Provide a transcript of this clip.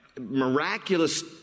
miraculous